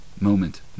moment